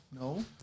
No